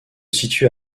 situe